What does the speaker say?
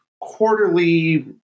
quarterly